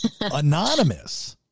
anonymous